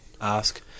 ask